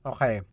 Okay